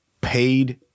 paid